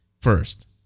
first